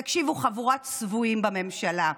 תקשיבו, חבורת צבועים בממשלה: